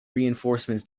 reinforcements